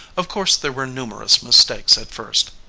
of course there were numerous mistakes at first.